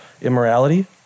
immorality